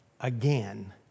again